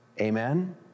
Amen